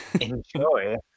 Enjoy